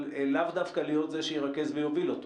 אבל לאו דווקא להיות זה שירכז ויוביל אותו.